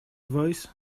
voice